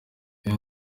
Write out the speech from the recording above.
iyo